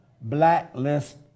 blacklist